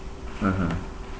(uh huh)